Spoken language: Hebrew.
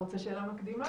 רוצה שאלה מקדימה,